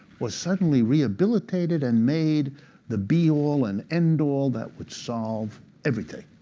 was suddenly rehabilitated and made the be all and end all that would solve everything.